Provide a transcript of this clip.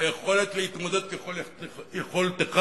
היכולת להתמודד ככל יכולתך,